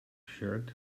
shirt